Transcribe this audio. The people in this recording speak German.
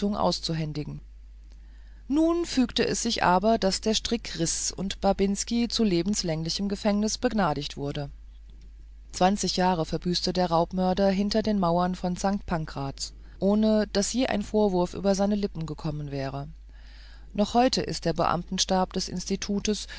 nun fügte es sich aber daß der strick riß und babinski zu lebenslänglichem gefängnis begnadigt wurde zwanzig jahre verbüßte der raubmörder hinter den mauern von sankt pankraz ohne daß je ein vorwurf über seine lippen gekommen wäre noch heute ist der beamtenstab des institutes